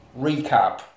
recap